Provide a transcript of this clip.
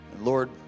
Lord